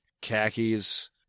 khakis